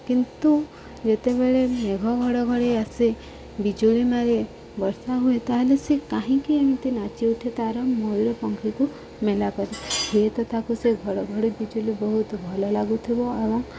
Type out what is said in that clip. କିନ୍ତୁ ଯେତେବେଳେ ମେଘ ଘଡ଼ଘଡ଼ି ଆସେ ବିଜୁଳି ମାରି ବର୍ଷା ହୁଏ ତା'ହେଲେ ସେ କାହିଁକି ଏମିତି ନାଚି ଉଠେ ତାର ମୟୂର ପକ୍ଷୀକୁ ମେଲା କରେ ହୁଏତ ତାକୁ ସେ ଘଡ଼ଘଡ଼ି ବିଜୁଳି ବହୁତ ଭଲ ଲାଗୁଥିବ ଏବଂ